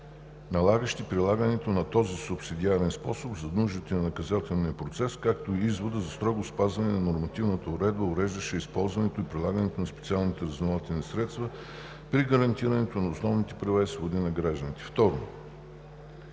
налагащи прилагането на този субсидиарен способ за нуждите на наказателния процес, както и извода за строго спазване на нормативната уредба, уреждаща използването и прилагането на специалните разузнавателни средства при гарантирането на основните права и свободи на гражданите.